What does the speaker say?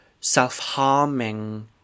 self-harming